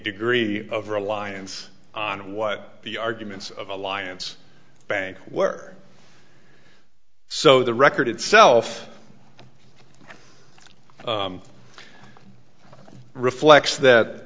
degree of reliance on what the arguments of alliance bank were so the record itself reflects that